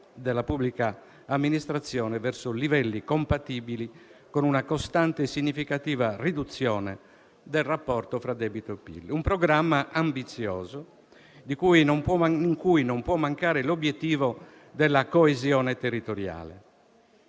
della pubblica amministrazione verso livelli compatibili con una costante e significativa riduzione del rapporto fra debito e PIL. Un programma ambizioso, in cui non può mancare l'obiettivo della coesione territoriale.